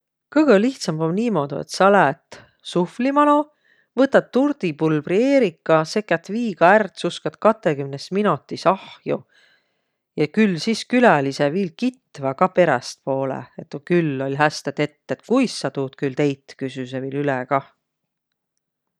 Kõgõ lihtsämb om nii, et sa läät suhvli manoq, võtat tordipulbri Eerika, sekät viiga ärq, tsuskat katõskümnes minotis ahjo ja küll sis küläliseq viil kitväq ka perästpoolõ, et küll oll' häste tett, et kuis sa tuud teit, küsüseq viil üle kah.